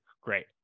Great